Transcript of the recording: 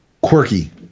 quirky